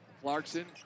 Clarkson